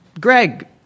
Greg